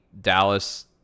Dallas